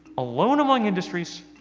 alone among industries,